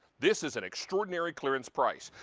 this is an extraordinary clearance price.